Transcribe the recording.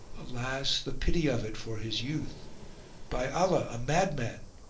alas, the pity of it for his youth by allah a madman!